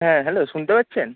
হ্যাঁ হ্যালো শুনতে পাচ্ছেন